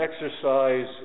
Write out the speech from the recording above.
exercise